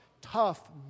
tough